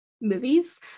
movies